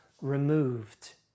removed